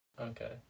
Okay